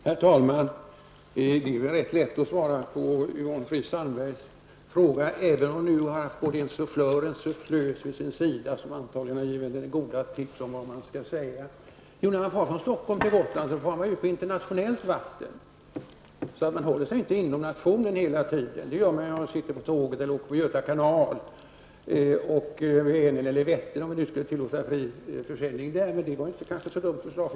Herr talman! Det är ganska lätt att svara på Fries har ju nu haft både en sufflör och en sufflös vid sin sida, som antagligen har gett henne goda tips om vad som skall sägas. När man åker med färja från Stockholm till Gotland kommer man ut på internationellt vatten. Man håller sig alltså inte inom nationens gränser hela tiden, vilket man ju gör om man åker tåg i landet eller om man åker på Göta kanal. Det gör man också om man åker på Vänern eller Vättern -- om det nu skulle tillåtas fri försäljning där. Yvonne Sandberg-Fries förslag är kanske inte så dumt.